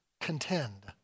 contend